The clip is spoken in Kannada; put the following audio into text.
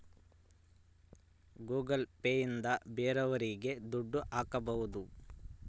ಗೂಗಲ್ ಪೇ ಇಂದ ಬೇರೋರಿಗೆ ದುಡ್ಡು ಹಾಕ್ಬೋದು